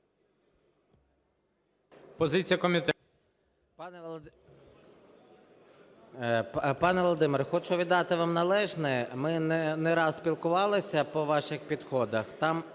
СОЛЬСЬКИЙ М.Т. Пане Володимире, хочу віддати вам належне, ми не раз спілкувалися по ваших підходах.